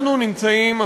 אנחנו נמצאים,